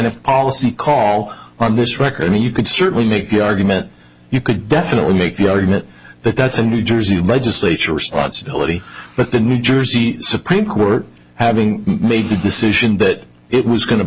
of policy call on this record i mean you could certainly make the argument you could definitely make the argument that that's a new jersey legislature responsibility but the new jersey supreme court having made the decision that it was going to